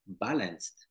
balanced